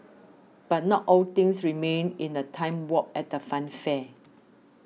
but not all things remain in a time warp at the funfair